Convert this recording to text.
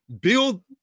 build